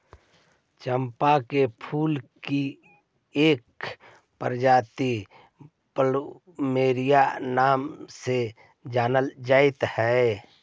चंपा के फूल की एक प्रजाति प्लूमेरिया नाम से जानल जा हई